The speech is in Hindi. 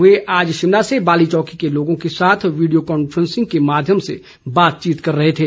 वे आज शिमला से बालीचौकी के लोगों के साथ वीडियो कॉन्फ्रेंसिंग के माध्यम से बातचीत कर रहे थे